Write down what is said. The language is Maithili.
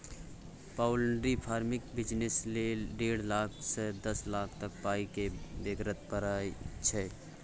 पाउलट्री फार्मिंगक बिजनेस लेल डेढ़ लाख सँ दस लाख तक पाइ केर बेगरता परय छै